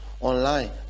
online